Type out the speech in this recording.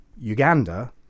Uganda